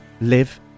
live